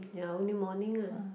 ya only morning ah